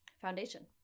foundation